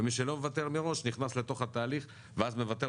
ומי שלא מוותר מראש נכנס לתוך התהליך ואז מוותר